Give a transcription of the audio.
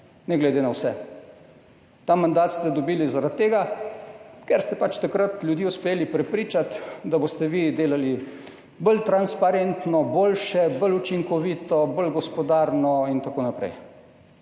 ne glede na vse. Ta mandat ste dobili zaradi tega, ker ste pač takrat ljudi uspeli prepričati, da boste vi delali bolj transparentno, boljše, bolj učinkovito, bolj gospodarno in tako naprej,